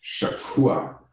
shakua